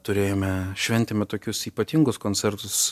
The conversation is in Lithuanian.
turėjome šventėme tokius ypatingus koncertus